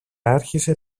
άρχισε